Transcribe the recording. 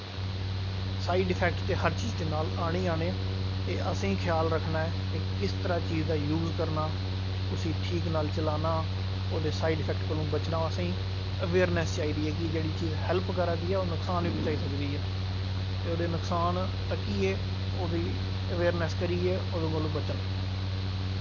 side effect ते हर चीज दे नाल आने गै आने एह् असें ई ख्याल रखना ऐ कि किस तरह चीज दा यूज करना उसी ठीक नाल चलाना ओह्दे साइड इफेक्ट कोला बचना असें ई अवेयरनेस चाहिदी कि जेह्ड़ी चीज हेल्प करा दी ऐ ओह् नुक्सान बी पजाई सकदी ऐ ते ओहदे नुक्सान तकियै ओह्दी अवेयरनेस करियै ओहदे कोला बचना